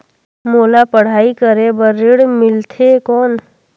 मोला पढ़ाई करे बर ऋण मिलथे कौन?